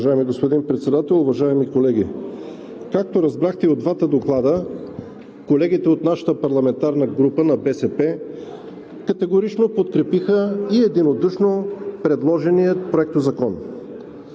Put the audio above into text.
Уважаеми господин Председател, уважаеми колеги! Както разбрахте и от двата доклада, колегите от нашата парламентарна група – на БСП, категорично и единодушно подкрепиха предложения